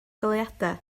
goleuadau